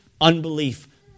Unbelief